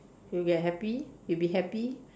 you get happy you will be happy